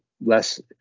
less